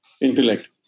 Intellect